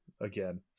again